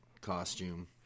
costume